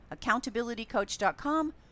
accountabilitycoach.com